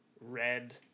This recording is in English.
red